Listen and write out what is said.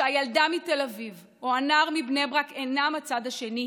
שהילדה מתל אביב או הנער מבני ברק אינם הצד השני,